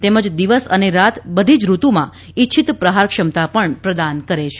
તેમજ દિવસઅને રાત બધી જ ઋતુમાં ઇચ્છિત ક્ષમતા પ્રદાન કરે છે